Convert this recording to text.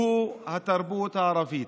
והוא התרבות הערבית.